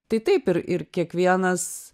tai taip ir ir kiekvienas